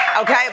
Okay